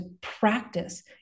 practice